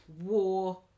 war